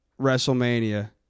WrestleMania